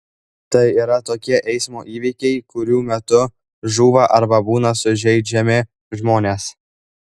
tai yra tokie eismo įvykiai kurių metu žūva arba būna sužeidžiami žmonės